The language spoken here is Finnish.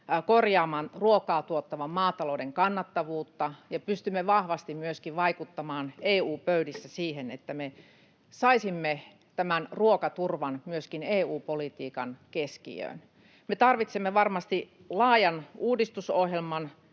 korjaamaan ruokaa tuottavan maatalouden kannattavuutta ja pystymme vahvasti vaikuttamaan EU-pöydissä siihen, että me saisimme tämän ruokaturvan EU-politiikan keskiöön. Me tarvitsemme varmasti laajan uudistusohjelman